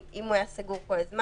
אם הוא היה סגור כל הזמן.